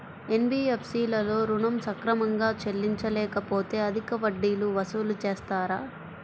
NBFC లలో ఋణం సక్రమంగా చెల్లించలేకపోతె అధిక వడ్డీలు వసూలు చేస్తారా?